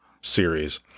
series